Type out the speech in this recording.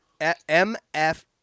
MF